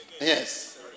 Yes